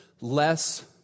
less